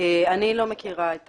אני לא מכירה את